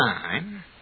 time